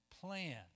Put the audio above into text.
plan